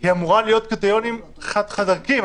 אני חושב שאמורים להיות קריטריונים חד חד-ערכיים.